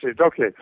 Okay